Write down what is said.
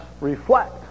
reflect